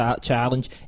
challenge